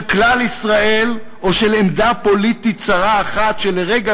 של כלל ישראל או של עמדה פוליטית צרה אחת שלרגע